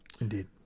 Indeed